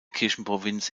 kirchenprovinz